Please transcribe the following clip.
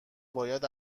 باید